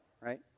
Right